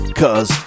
cause